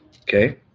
Okay